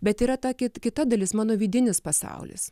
bet yra ta kit kita dalis mano vidinis pasaulis